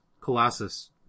Colossus